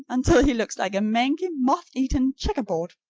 until he looks like a mangy, moth-eaten checkerboard.